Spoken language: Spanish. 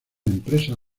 empresa